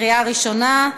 התשע"ו 2016,